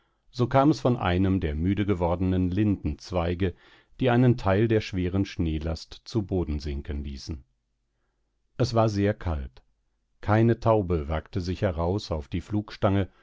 so kam es von einem der müde gewordenen lindenzweige die einen teil der schweren schneelast zu boden sinken ließen es war sehr kalt keine taube wagte sich heraus auf die